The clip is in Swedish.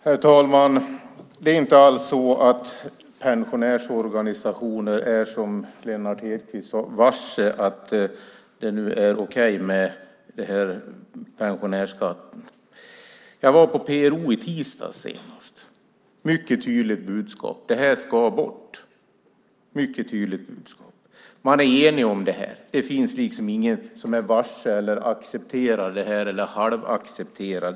Herr talman! Det är inte alls så att pensionärsorganisationer är, som Lennart Hedquist sade, varse att det nu är okej med pensionärsskatten. Jag var på PRO i tisdags, och budskapet var mycket tydligt: Det här ska bort. Man är enig om det här. Det finns ingen som är varse, accepterar eller "halvaccepterar" det här.